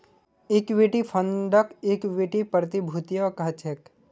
equity फंडक equity प्रतिभूतियो कह छेक